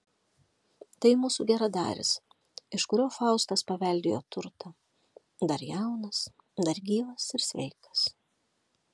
tai mūsų geradaris iš kurio faustas paveldėjo turtą dar jaunas dar gyvas ir sveikas